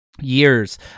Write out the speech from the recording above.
years